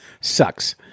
sucks